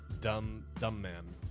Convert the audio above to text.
dumb dumb man,